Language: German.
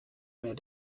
mehr